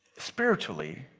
spiritually.